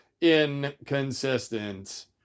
inconsistent